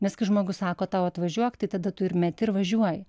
nes kai žmogus sako tau atvažiuok tai tada tu ir meti ir važiuoji